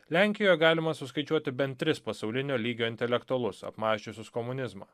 lenkijoje galima suskaičiuoti bent tris pasaulinio lygio intelektualus apmąsčiusius komunizmą